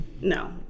no